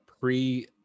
pre